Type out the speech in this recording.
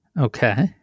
Okay